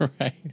Right